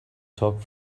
talk